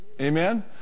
Amen